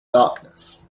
darkness